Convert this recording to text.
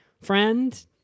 friend